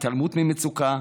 התעלמות ממצוקה,